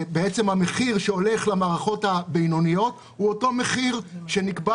בעצם המחיר שהולך למערכות הבינוניות הוא המחיר שנקבע